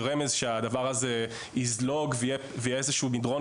רמז שהדבר הזה יזלוג ויהיה כאן איזשהו מדרון,